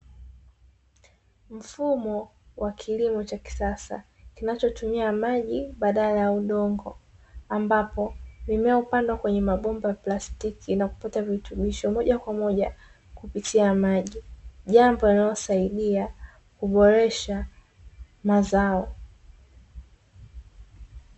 Mfumo wa kilimo cha kisasa kinachotumia maji badala ya udongo ambapo mimea hupandwa kwenye mabomba ya plastiki na kupata virutubisho moja kwa moja kupitia maji, jambo linalosaidia kuboresha mazao.